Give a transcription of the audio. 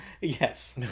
yes